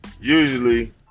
Usually